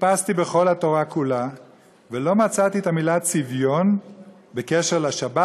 חיפשתי בכל התורה כולה ולא מצאתי את המילה צביון בקשר לשבת.